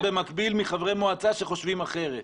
במקביל מחברי מועצה שחושבים אחרת.